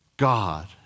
God